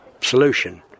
solution